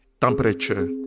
temperature